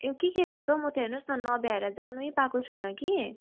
ए के के रहेछ हौ म त हेर्नुहोस् न नभ्याएर जानै पाएको छुइनँ कि